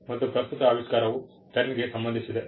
ಮತ್ತು ಪ್ರಸ್ತುತ ಆವಿಷ್ಕಾರವು ಪೆನ್ ಗ್ಗೆ ಸಂಬಂಧಿಸಿದೆ